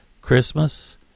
christmas